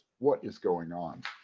what is going on?